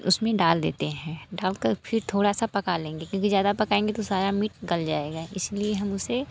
उसमें डाल देते हैं ढक कर फिर थोड़ा सा पका लेंगे क्योंकि ज़्यादा पकाएंगे तो सारा मीट गल जाएगा इस लिए हम उसे